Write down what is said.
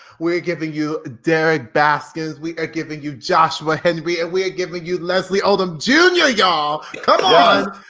we are giving you derrick baskin, we are giving you joshua henry and we are giving you leslie odom jr y'all, come on.